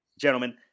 gentlemen